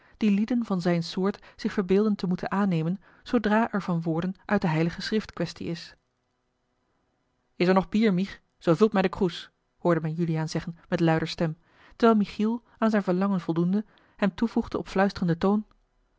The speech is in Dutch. die lieden van zijne soort zich verbeelden te moeten aannemen zoodra er van woorden uit de heilige schrift quaestie is is er nog bier mich zoo vult mij den kroes hoorde men juliaan zeggen met luider stem terwijl michiel aan zijn verlangen voldoende hem toevoegde op fluisterenden toon